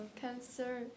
Cancer